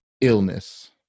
illness